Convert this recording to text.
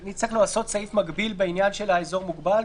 אני צריך לעשות סעיף מקביל בעניין של אזור מוגבל,